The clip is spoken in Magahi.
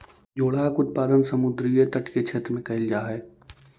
जोडाक उत्पादन समुद्र तटीय क्षेत्र में कैल जा हइ